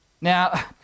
Now